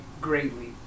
greatly